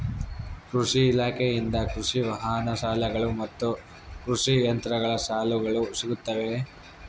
ಕೃಷಿ ಇಲಾಖೆಯಿಂದ ಕೃಷಿ ವಾಹನ ಸಾಲಗಳು ಮತ್ತು ಕೃಷಿ ಯಂತ್ರಗಳ ಸಾಲಗಳು ಸಿಗುತ್ತವೆಯೆ?